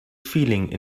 feeling